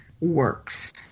works